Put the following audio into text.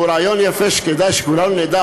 והוא רעיון יפה שכדאי שכולנו נדע,